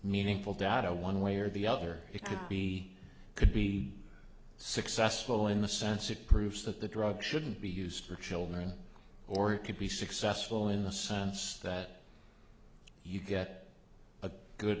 meaningful data one way or the other it could be could be successful in the sense it proves that the drug shouldn't be used for children or it could be successful in the sense that you get a good